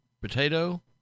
potato